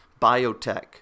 Biotech